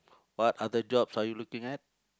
what other jobs are you looking at